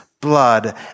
blood